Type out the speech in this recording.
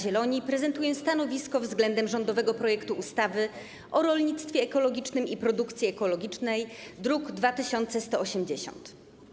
Zieloni prezentuję stanowisko względem rządowego projektu ustawy o rolnictwie ekologicznym i produkcji ekologicznej, druk nr 2180.